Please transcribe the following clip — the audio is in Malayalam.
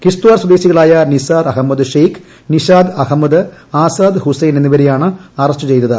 കിഷ്ത്വാർ സ്വദേശികളായ നിസ്സാർ അഹമ്മദ് ഷേഖ് നിഷാദ് അഹമ്മദ് ആസാദ് ഹുസ്സൈൻ എന്നിവരെയാണ് അറസ്റ്റ് ചെയ്തത്